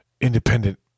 independent